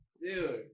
dude